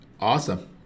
awesome